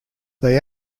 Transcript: they